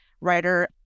writer